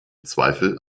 zweifel